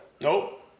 Nope